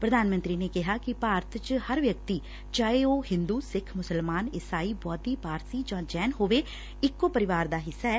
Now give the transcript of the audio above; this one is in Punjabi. ਪ੍ਰਧਾਨ ਮੰਤਰੀ ਨੇ ਕਿਹਾ ਕਿ ਭਾਰਤ ਚ ਹਰ ਵਿਅਕਤੀ ਚਾਹੇ ਉਹ ਹਿੰਦੂ ਸਿੱਖ ਮੁਸਲਮਾਨ ਈਸਾਈ ਬੋਧੀ ਪਾਰਸੀ ਜਾਂ ਜੈਨ ਹੋਵੇ ਇਕੋ ਪਰਿਵਾਰ ਦਾ ਹਿੱਸਾ ਐ